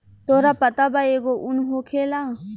तोहरा पता बा एगो उन होखेला